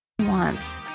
want